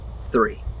three